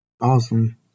Awesome